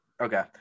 okay